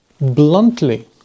bluntly